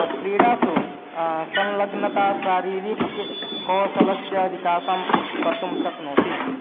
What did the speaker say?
क्रीडासु संलग्नता शारीरिककौशलस्य विकासं कर्तुं शक्नोति